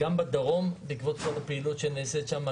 גם בדרום בעקבות כל הפעילות שנעשית שם,